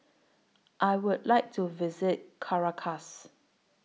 I Would like to visit Caracas